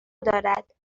دارد